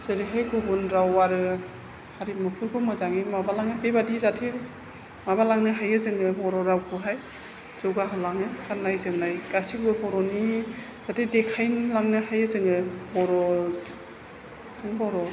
जेरैहाय गुबुन राव आरो हारिमुफोरखौ मोजाङै माबालाङो बेबादि जाथाय माबालांनो हायो जोङो बर' रावखौहाय जौगा होलाङो गान्नाय जोमनाय गासैबो बर'नि जाहाथे देखाय लांनो हायो जोङो बर' जों बर'